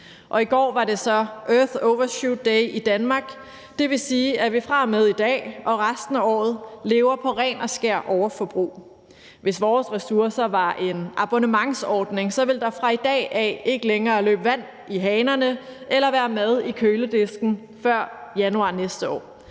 i går var det earth overshoot day i Danmark. Det vil sige, at vi fra og med i dag og resten af året lever på rent og skært overforbrug. Hvis vores ressourcer var en abonnementsordning, ville der fra i dag af ikke længere løbe vand i hanerne eller være mad i køledisken før januar næste år.